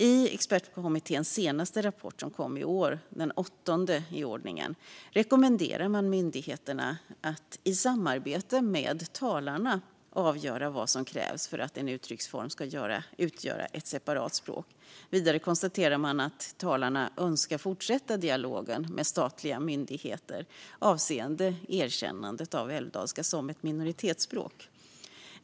I Expertkommitténs senaste rapport, som kom i år och är den åttonde i ordningen, rekommenderar man myndigheterna att i samarbete med talarna avgöra vad som krävs för att en uttrycksform ska utgöra ett separat språk. Vidare konstaterar man att talarna önskar fortsätta dialogen med statliga myndigheter avseende erkännandet av älvdalska som ett minoritetsspråk.